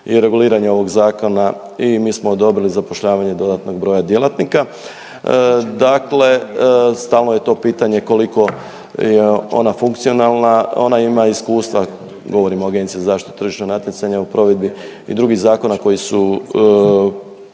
i reguliranje ovog zakona i mi smo odobrili zapošljavanje dodatnog broja djelatnika. Dakle, stalno je to pitanje koliko je ona funkcionalna, ona ima iskustva, govorim o Agenciji za zaštitu tržišnog natjecanja u provedbi i drugih zakona koji su